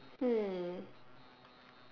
hmm